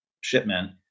shipment